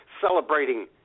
Celebrating